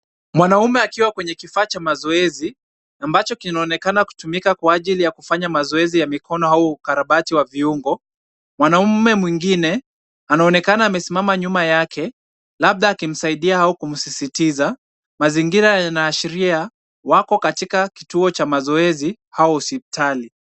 Mwanaume akiwa kwenye kifaa cha mazoezi ambacho kinaonekana kutumika kwa ajili ya kufanya mazoezi ya mikono au ukarabati wa viungo. Mwanaume mwingine anaonekana amesimama nyuma yake, labda akimsaidia au akimsisitiza. Mazingira yanaashiria wako katika kituo cha mazoezi au hospitali.